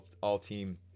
all-team